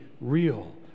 real